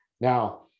Now